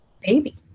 baby